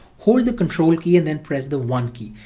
hold the control key and then press the one key.